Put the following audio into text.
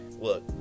look